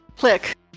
Click